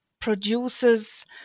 produces